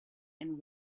and